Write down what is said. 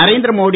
Narendra Modi